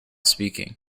speaking